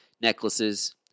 Necklaces